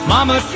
Mama